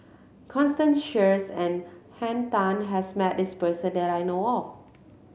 Constance Sheares and Henn Tan has met this person that I know of